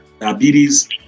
diabetes